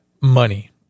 money